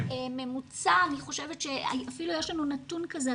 בממוצע, אפילו יש לנו נתון כזה.